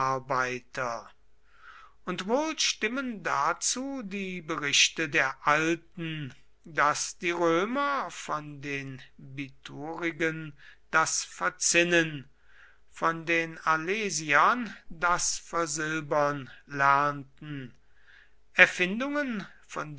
goldarbeiter und wohl stimmen dazu die berichte der alten daß die römer von den biturigen das verzinnen von den alesiern das versilbern lernten erfindungen von